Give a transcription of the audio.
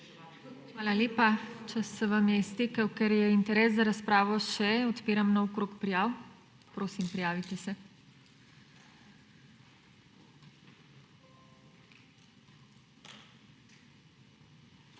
Hvala lepa. Čas se vam je iztekel. Ker je interes za razpravo še, odpiram nov krog prijav. Prosim, prijavite se. Imamo